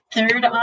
Third